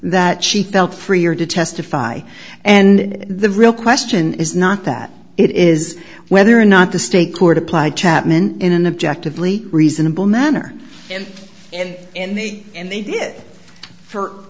that she felt freer to testify and the real question is not that it is whether or not the state court applied chapman in an objective leak reasonable manner and if in the end they did it for